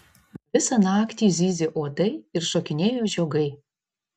visą naktį zyzė uodai ir šokinėjo žiogai